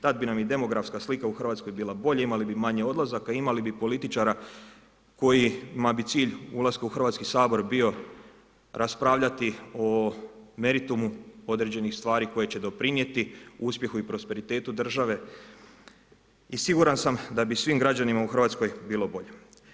Tada bi nam i demografska slika u Hrvatskoj bila bolja i imali bi manje odlazaka i imali bi političara kojima bi cilj ulaska u Hrvatski sabor bio raspravljati o meritumu određenih stvari koje će doprinijeti uspjehu i prosperitetu države i siguran sam da bi svim građanima u Hrvatskoj bilo bolje.